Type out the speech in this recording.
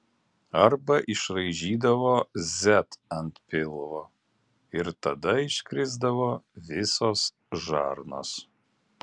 arba išraižydavo z ant pilvo ir tada iškrisdavo visos žarnos